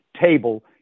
table